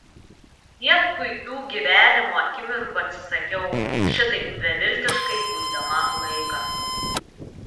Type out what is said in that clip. kiek puikių gyvenimo akimirkų atsisakiau šitaip beviltiškai guidama laiką